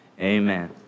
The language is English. amen